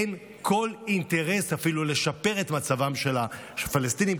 אין כל אינטרס אפילו לשפר את מצבם של הפלסטינים,